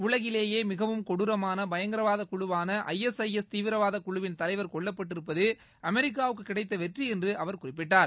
உலகிலேயே மிகவும் கொடுரமான பயங்கரவாத குழுவான ஐஎஸ்ஐஎஸ் தீவிரவாத குழுவின் தலைவர் கொல்லப்பட்டிருப்பது அமெரிக்காவுக்கு கிடைத்த வெற்றி என்று அவர் குறிப்பிட்டார்